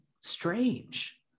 strange